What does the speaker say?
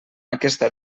aquesta